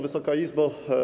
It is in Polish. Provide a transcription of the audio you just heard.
Wysoka Izbo!